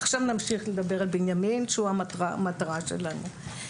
עכשיו נמשיך לדבר על בנימין שהוא המטרה שלנו.